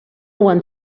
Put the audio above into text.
one